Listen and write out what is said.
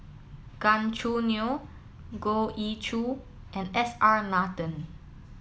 Gan Choo Neo Goh Ee Choo and S R Nathan